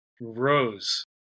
rose